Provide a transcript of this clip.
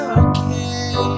okay